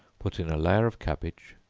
put in a layer of cabbage,